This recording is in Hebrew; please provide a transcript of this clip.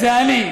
זה אני.